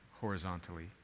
horizontally